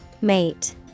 Mate